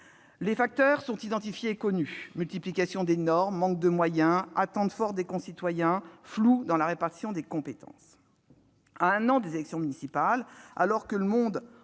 Les facteurs sont identifiés et connus : multiplication des normes, manque de moyens, attentes fortes des citoyens, flou dans la répartition des compétences ... À un an des élections municipales,, en